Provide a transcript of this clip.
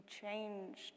changed